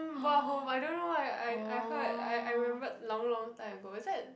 um bought home I don't know why I I heard I I remembered long long time ago is that